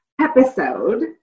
episode